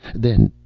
then,